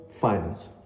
finance